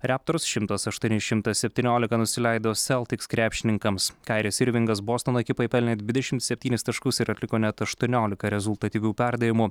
raptors šimtas aštuoni šimtas septyniolika nusileido celtics krepšininkams kairis irvingas bostono ekipai pelnė dvidešim septynis taškus ir atliko net aštuoniolika rezultatyvių perdavimų